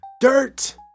dirt